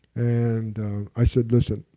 and i said, listen,